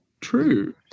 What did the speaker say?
true